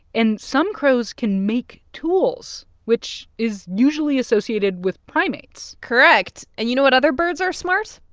and some crows can make tools, which is usually associated with primates correct. and you know what other birds are smart?